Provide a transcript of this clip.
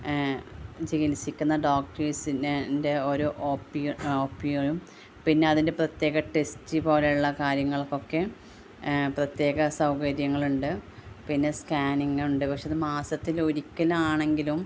ചികിത്സിക്കുന്ന ഡോക്ടേഴ്സിന്റെ ഓരോ ഒ പിയും പിന്നെ അതിൻ്റെ പ്രത്യേക ടെസ്റ്റ് പോലെയുള്ള കാര്യങ്ങൾക്ക് ഒക്കെ പ്രത്യേക സൗകര്യങ്ങളുണ്ട് പിന്നെ സ്കാനിങ്ങുണ്ട് പക്ഷെ അത് മാസത്തിൽ ഒരിക്കലാണെങ്കിലും